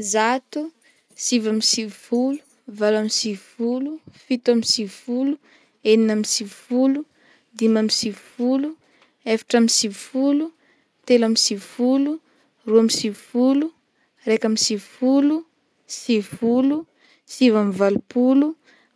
Zato, sivy amby sivifolo, valo amby sivifolo, fito amby sivifolo, enina amby sivifolo, dimy amby sivifolo, efatra amby sivifolo, telo amby sivifolo, roa amby sivifolo, raiky amby sivifolo, sivifolo, sivy amby valopolo,